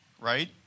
right